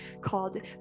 called